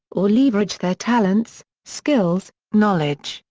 or leverage their talents, skills, knowledge,